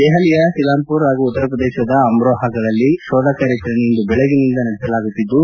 ದೆಹಲಿಯ ಸಿಲಾಂಪುರ ಹಾಗೂ ಉತ್ತರಪ್ರದೇಶದ ಅಮ್ರೋಹಾಗಳಲ್ಲಿ ಶೋಧ ಕಾರ್ಯಾಚರಣೆ ಇಂದು ಬೆಳಗಿನಿಂದ ನಡೆಸಲಾಗುತ್ತಿದ್ದು